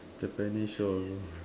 Japanese show also